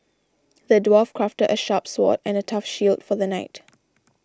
the dwarf crafted a sharp sword and a tough shield for the knight